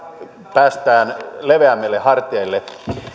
päästään leveämmille